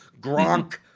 Gronk